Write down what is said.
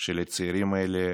של הצעירים האלה